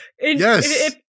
Yes